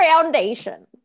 foundation